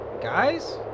Guys